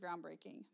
groundbreaking